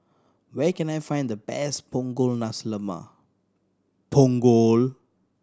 where can I find the best Punggol Nasi Lemak